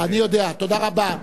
אני יודע, תודה רבה.